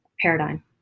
paradigm